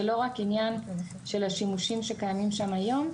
זה לא רק עניין של השימושים שקיימים שם היום,